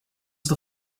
the